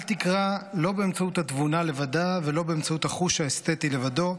אל תקרא לא באמצעות התבונה לבדה ולא אמצעות החוש האסתטי לבדו,